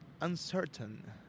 uncertain